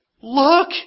Look